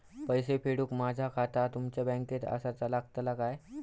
पैसे पाठुक माझा खाता तुमच्या बँकेत आसाचा लागताला काय?